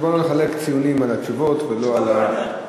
בוא לא נחלק ציונים לתשובות ולא להצעות.